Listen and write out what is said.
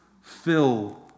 fill